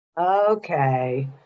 Okay